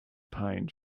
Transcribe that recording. pine